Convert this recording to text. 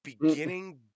Beginning